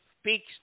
speaks